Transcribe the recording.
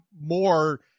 more